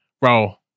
bro